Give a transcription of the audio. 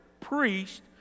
priest